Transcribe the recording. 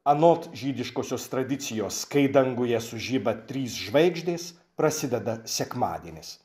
anot žydiškosios tradicijos kai danguje sužiba trys žvaigždės prasideda sekmadienis